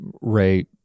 Ray